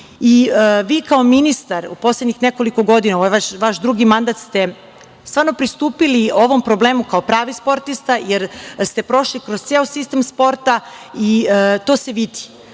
bave. Vi kao ministar u poslednjih nekoliko godina, ovo je vaš drugi mandat, ste pristupili ovom problemu kao pravi sportista jer ste prošli kroz ceo sistem sporta i to se vidi. Vidi